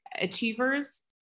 achievers